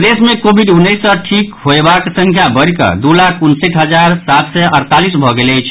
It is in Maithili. प्रदेश मे कोविड उन्नैस सॅ ठीक होयबाक संख्या बढ़िकऽ दू लाख उनसठि हजार सात सय अड़तालीस भऽ गेल अछि